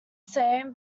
same